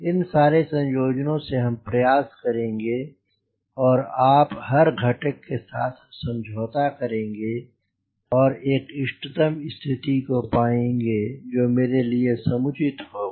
इन सारे संयोजनों से हम प्रयास करेंगे और आप हर घटक के साथ समझौता करेंगे और एक इष्टतम स्थिति को पाएंगे जो मेरे लिए समुचित होगा